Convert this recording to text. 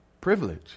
privilege